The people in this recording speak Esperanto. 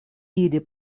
ili